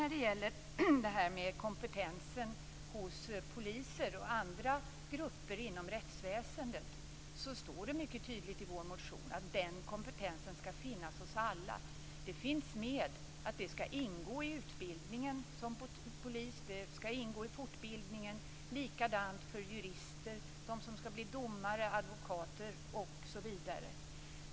När det gäller kompetensen hos polisen och andra grupper inom rättsväsendet står det mycket tydligt i vår motion att den kompetensen skall finnas hos alla. Det finns med att det här skall ingå i polisutbildningen. Det skall ingå i fortbildningen. Samma sak gäller jurister, de som skall bli domare, advokater osv.